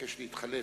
אבקש להתחלף.